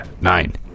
Nine